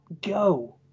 go